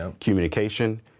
communication